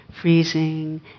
freezing